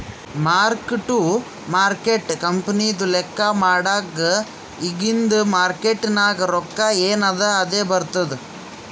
mark to market ಕಂಪನಿದು ಲೆಕ್ಕಾ ಮಾಡಾಗ್ ಇಗಿಂದ್ ಮಾರ್ಕೇಟ್ ನಾಗ್ ರೊಕ್ಕಾ ಎನ್ ಅದಾ ಅದೇ ಬರ್ತುದ್